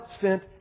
sent